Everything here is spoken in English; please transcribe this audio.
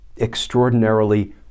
extraordinarily